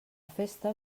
festa